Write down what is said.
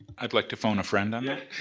i'd like to phone a friend on that.